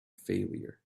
failure